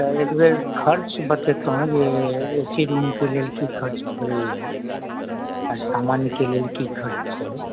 तऽ एकबेर खर्च बतबितहुँ जे ए सी रूमके लेल की खर्च पड़ैया सामान्यके लेल की खर्च छै